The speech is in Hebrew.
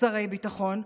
שרי ביטחון,